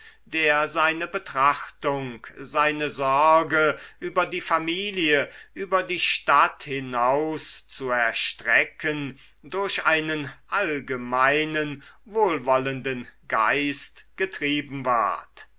der seine betrachtung seine sorge über die familie über die stadt hinaus zu erstrecken durch einen allgemeinen wohlwollenden geist getrieben ward